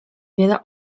wiele